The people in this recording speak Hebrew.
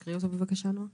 תקריא אותו, בבקשה, נעה.